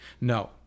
no